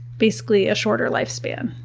basically, a shorter lifespan.